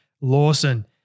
Lawson